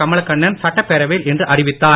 கமலக்கண்ணன் சட்டப்பேரவையில் இன்று அறிவித்தார்